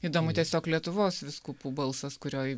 įdomu tiesiog lietuvos vyskupų balsas kurioj